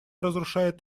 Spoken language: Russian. разрушает